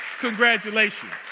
Congratulations